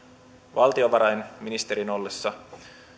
valtiovarainministerin ollessa